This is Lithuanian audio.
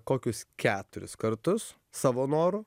kokius keturis kartus savo noru